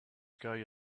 sky